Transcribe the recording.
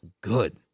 good